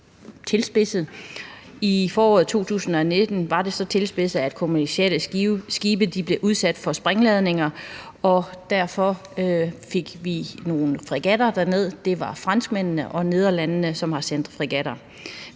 tilspidset. I foråret 2019 var den så tilspidset, at kommercielle skibe blev udsat for sprængladninger. Derfor fik man sendt nogle fregatter derned, og det var Frankrig og Nederlandene, som sendte fregatter.